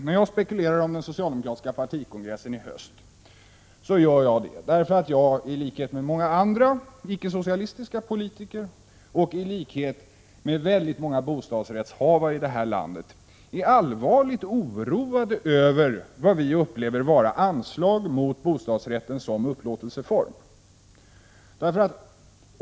När jag spekulerar om den socialdemokratiska partikongressen i höst, gör jag det därför att jag i likhet med många andra ickesocialistiska politiker och i likhet med väldigt många bostadsrättshavare i det här landet är allvarligt oroad över vad vi upplever vara anslag mot bostadsrätten som upplåtelseform.